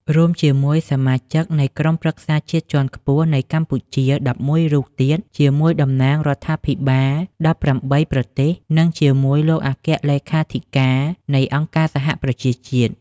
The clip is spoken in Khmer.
រួមជាមួយសមាជិកនៃក្រុមប្រឹក្សាជាតិជាន់ខ្ពស់នៃកម្ពុជា១១ រូបទៀត ជា មួយតំណាងរដ្ឋាភិបាល១៨ ប្រទេស និងជាមួយលោកអគ្គលេខាធិការ នៃអង្គការសហប្រជាជាតិ។